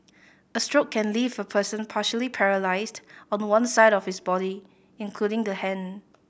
a stroke can leave a person partially paralysed on one side of his body including the hand